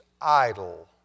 idle